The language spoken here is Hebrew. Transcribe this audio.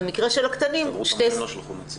ובמקרה של הקטנים שתי סייעות.